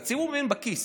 הציבור מבין בכיס.